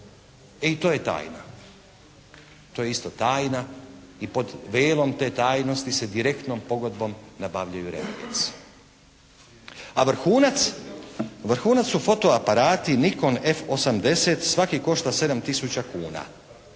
E, i to je tajna. To je isto tajna i pod velom te tajnosti se pod direktnom pogodbom nabavljaju reagensi. A vrhunac su fotoaparati "Nikon" F80. Svaki košta 7 tisuća